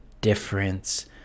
difference